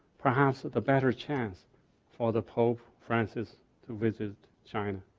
perhaps the better chance for the pope francis to visit china,